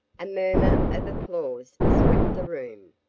a murmur of applause swept the room.